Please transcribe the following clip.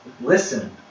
Listen